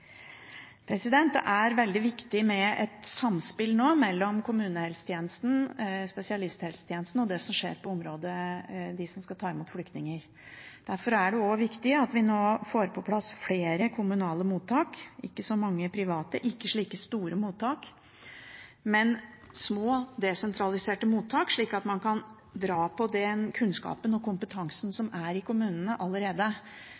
det også viktig at vi nå får på plass flere kommunale mottak – ikke så mange private og ikke slike store mottak, men små, desentraliserte mottak – slik at man kan dra på den kunnskapen og kompetansen som allerede er i kommunene.